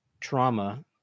trauma